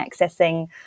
accessing